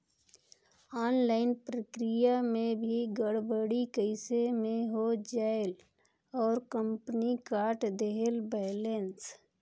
Online प्रक्रिया मे भी गड़बड़ी कइसे मे हो जायेल और कंपनी काट देहेल बैलेंस?